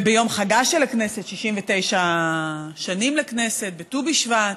יום חגה של הכנסת, 69 שנים לכנסת בט"ו בשבט,